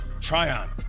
Tryon